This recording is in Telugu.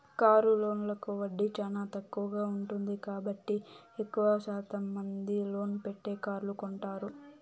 కారు లోన్లకు వడ్డీ చానా తక్కువగా ఉంటుంది కాబట్టి ఎక్కువ శాతం మంది లోన్ పెట్టే కార్లు కొంటారు